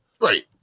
Right